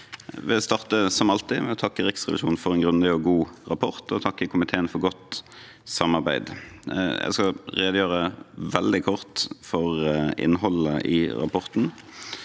starte med å takke Riksrevisjonen for en grundig og god rapport og takke komiteen for godt samarbeid. Jeg skal redegjøre veldig kort for innholdet i rapporten.